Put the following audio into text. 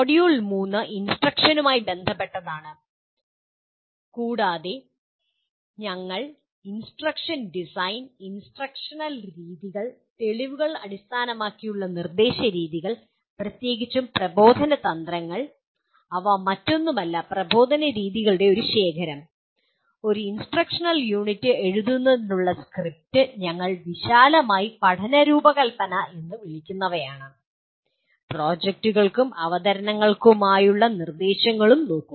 module 3 "ഇൻസ്ട്രക്ഷനുമായി" ബന്ധപ്പെട്ടതാണ് കൂടാതെ ഞങ്ങൾ ഇൻസ്ട്രക്ഷൻ ഡിസൈൻ ഇൻസ്ട്രക്ഷണൽ രീതികൾ തെളിവുകൾ അടിസ്ഥാനമാക്കിയുള്ള നിർദ്ദേശ രീതികൾ പ്രത്യേകിച്ചും പ്രബോധന തന്ത്രങ്ങൾ അവ മറ്റൊന്നുമല്ല പ്രബോധന രീതികളുടെ ഒരു ശേഖരം ഒരു ഇൻസ്ട്രക്ഷണൽ യൂണിറ്റ് എഴുതുന്നതിനുള്ള സ്ക്രിപ്റ്റ് ഞങ്ങൾ വിശാലമായി പഠനരൂപകൽപ്പന എന്നു വിളിക്കുന്നവയാണ് പ്രോജക്റ്റുകൾക്കും അവതരണങ്ങൾക്കുമായുള്ള നിർദ്ദേശങ്ങളും നോക്കും